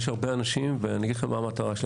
יש הרבה אנשים ואני אגיד לכם מה המטרה שלי.